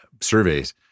surveys